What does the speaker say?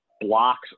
blocks